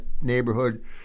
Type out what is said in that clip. neighborhood